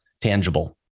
tangible